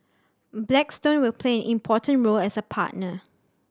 blackstone will play an important role as a partner